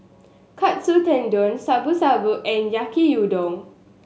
Katsu Tendon Shabu Shabu and Yaki Udon